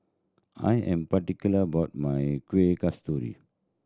I am particular about my Kuih Kasturi